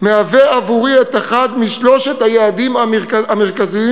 מהווה עבורי את אחד משלושת היעדים המרכזיים